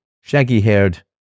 shaggy-haired